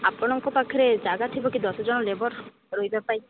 ଆପଣଙ୍କ ପାଖରେ ଜାଗା ଥିବ କି ଦଶ ଜଣ ଲେବର ରହିବାପାଇଁ